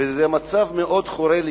וזה מצב שמאוד חורה לי,